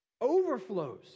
overflows